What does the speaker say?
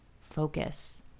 focus